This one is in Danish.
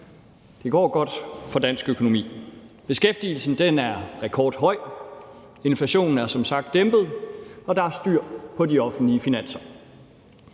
Det går godt for dansk økonomi. Beskæftigelsen er rekordhøj. Inflationen er som sagt dæmpet, og der er styr på de offentlige finanser.